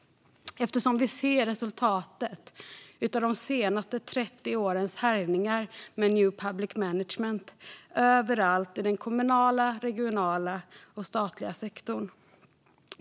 Resultatet av de senaste 30 årens härjningar med new public management syns överallt i den kommunala, regionala och statliga sektorn.